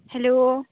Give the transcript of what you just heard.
hello